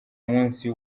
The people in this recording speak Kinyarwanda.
munsi